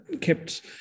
kept